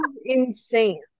insane